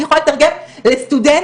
אני יכולה לתרגם לסטודנט